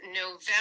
November